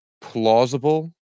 plausible